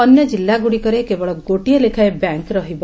ଅନ୍ୟ ଜିଲ୍ଲାଗୁଡ଼ିକରେ କେବଳ ଗୋଟାଏ ଲେଖାଏଁ ବ୍ୟାଙ୍କ୍ ରହିବ